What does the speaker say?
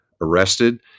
arrested